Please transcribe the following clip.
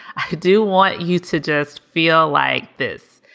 i do want you to just feel like this.